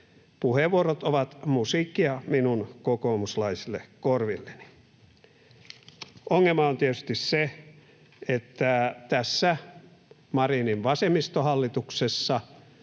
Puheenvuorot ovat musiikkia minun kokoomuslaisille korvilleni. Ongelma on tietysti se, että tässä Marinin vasemmistohallituksessa